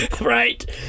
right